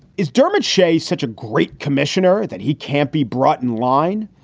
is dermot shea such a great commissioner that he can't be brought in line?